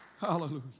Hallelujah